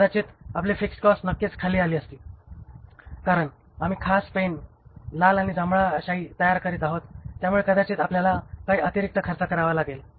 कदाचित आपली fixed cost नक्कीच खाली आली असती कारण आम्ही खास पेन लाल आणि जांभळा शाई तयार करीत आहोत त्यामुळे कदाचित आपल्याला काही अतिरिक्त खर्च करावा लागेल